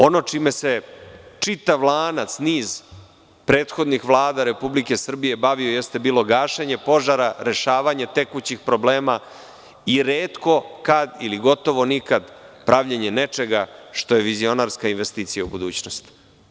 Ono čime se čitav lanac, niz prethodnih vlada Republike Srbije bavio jeste gašenje požara, rešavanje tekućih problema i retko kada ili gotovo nikad pravljenje nečega što je vizionarska investicija u budućnosti.